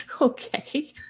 Okay